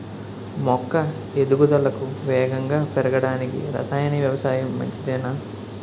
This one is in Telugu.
మొక్క ఎదుగుదలకు వేగంగా పెరగడానికి, రసాయన వ్యవసాయం మంచిదేనా?